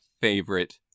favorite